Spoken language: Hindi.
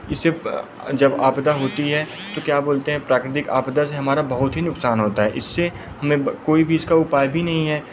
इसे प जब आपदा होती है तो क्या बोलते हैं प्राकृतिक आपदा से हमारा बहुत ही नुक़सान होता है इससे हमें ब कोई भी इसका उपाय भी नहीं है